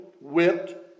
whipped